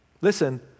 listen